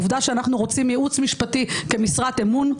העובדה שאנחנו רוצים ייעוץ משפטי כמשרת אמון,